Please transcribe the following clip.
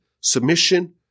submission